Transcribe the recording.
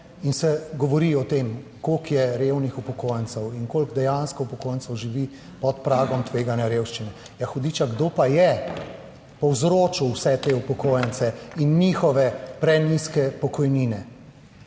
in se govori o tem koliko je revnih upokojencev in koliko dejansko upokojencev živi pod pragom tveganja revščine. Ja hudiča, kdo pa je povzročil vse te upokojence in njihove prenizke pokojnine?